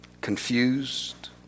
Confused